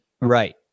Right